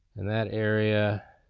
in that area.